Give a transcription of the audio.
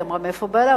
והיא אמרה מאיפה בעלה.